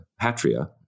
patria